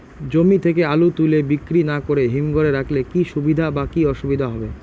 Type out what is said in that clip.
জমি থেকে আলু তুলে বিক্রি না করে হিমঘরে রাখলে কী সুবিধা বা কী অসুবিধা হবে?